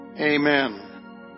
Amen